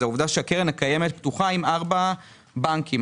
זה שהקרן הקיימת פתוחה עם ארבעה בנקים,